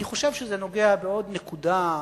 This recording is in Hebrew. אני חושב שזה נוגע בעוד נקודה,